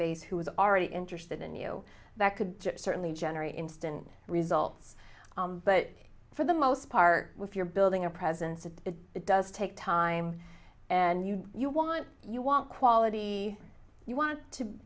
base who was already interested in you that could certainly generate instant results but for the most part if you're building a presence of it it does take time and you know you want you want quality you want to